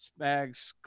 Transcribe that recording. Spags